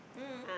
mm